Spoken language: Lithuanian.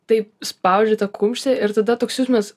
taip spaudžiu tą kumštį ir tada toks jausmas